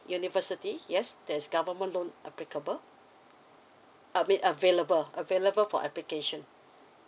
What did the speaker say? university yes there's government loan applicable I mean available available for application